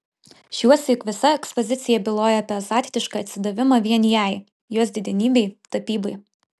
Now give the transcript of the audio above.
šiuosyk visa ekspozicija byloja apie azartišką atsidavimą vien jai jos didenybei tapybai